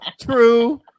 True